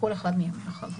בכל אחד מימי החג.